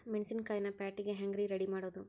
ಮೆಣಸಿನಕಾಯಿನ ಪ್ಯಾಟಿಗೆ ಹ್ಯಾಂಗ್ ರೇ ರೆಡಿಮಾಡೋದು?